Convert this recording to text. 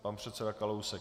Pan předseda Kalousek.